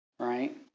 right